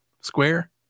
Square